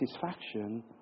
satisfaction